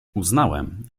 uznałem